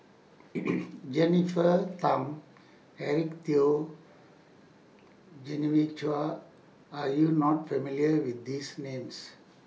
Jennifer Tham Eric Teo Genevieve Chua Are YOU not familiar with These Names